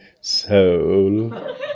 soul